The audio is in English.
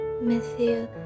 Matthew